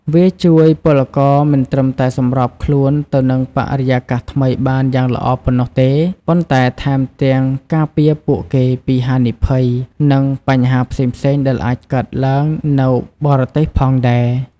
វាជួយពលករមិនត្រឹមតែសម្របខ្លួនទៅនឹងបរិយាកាសថ្មីបានយ៉ាងល្អប៉ុណ្ណោះទេ ប៉ុន្តែថែមទាំងការពារពួកគេពីហានិភ័យ និងបញ្ហាផ្សេងៗដែលអាចកើតឡើងនៅបរទេសផងដែរ។